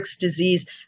disease